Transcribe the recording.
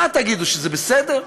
מה תגידו, שזה בסדר?